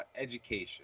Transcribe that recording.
education